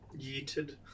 Yeeted